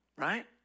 Right